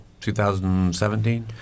2017